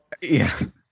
Yes